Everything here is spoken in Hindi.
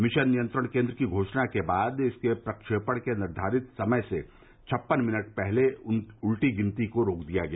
मिशन नियंत्रण केन्द्र की घोषणा के बाद इसके प्रेक्षपेण के निर्धारित समय छप्पन मिनट पहले उलटी गिनती को रोक दिया गया